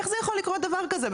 איך זה יכול לקרות דבר כזה,